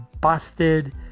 busted